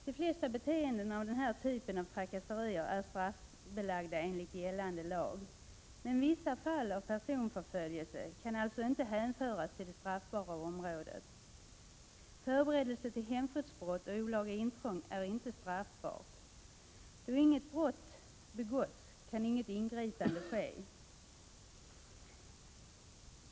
De flesta av den här typen av trakasserier är straffbelagda enligt gällande lag, men vissa fall av personförföljelse kan alltså inte hänföras till det straffbara området. Förberedelse till hemfridsbrott och olaga intrång är inte straffbar. Då inget brott begåtts kan inget ingripande ske.